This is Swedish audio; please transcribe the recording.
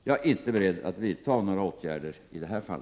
Jag är inte beredd att vidta några åtgärder i detta fall.